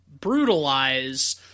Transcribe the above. brutalize